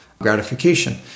gratification